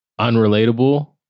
unrelatable